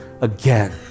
again